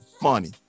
funny